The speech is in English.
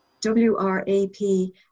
W-R-A-P